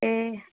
ए